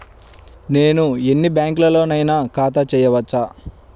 నేను ఎన్ని బ్యాంకులలోనైనా ఖాతా చేయవచ్చా?